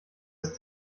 ist